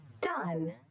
Done